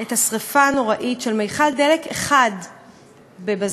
את השרפה הנוראית של מכל דלק אחד בבז"ן,